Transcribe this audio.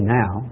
now